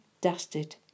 dusted